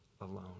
alone